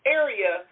area